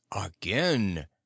again